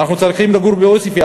ואנחנו צריכים לגור בעוספיא,